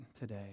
today